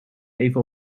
even